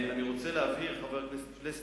אני רוצה להבהיר, חבר הכנסת פלסנר: